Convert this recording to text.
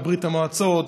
בברית המועצות,